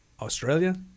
Australia